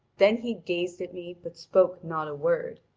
then he gazed at me but spoke not a word,